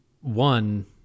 one